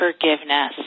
forgiveness